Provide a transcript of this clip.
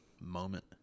moment